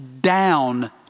down